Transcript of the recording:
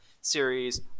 series